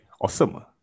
awesome